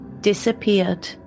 disappeared